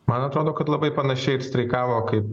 man atrodo kad labai panašiai ir streikavo kaip